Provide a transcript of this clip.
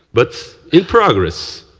but in progress,